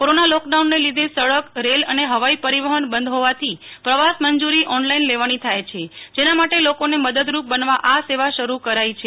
corona lockdown ને લીધે સડક રેલ અને હવાઈ પરિવહન બંધ હોવાથી પ્રવાસ મંજૂરી ઓનલાઈન લેવાની થાય છે જેના માટે લોકો ને મદદરૂપ બનવા આ સેવા શરૂ કરાઈ છે